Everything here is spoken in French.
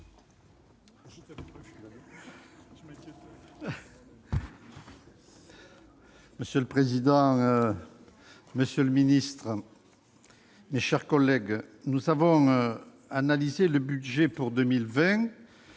Monsieur le président, monsieur le ministre, mes chers collègues, nous avons analysé le projet de budget pour 2020